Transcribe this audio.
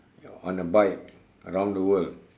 on a bike around the world